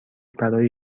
برای